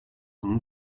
bunun